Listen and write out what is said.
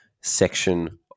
section